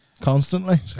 Constantly